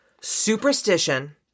superstition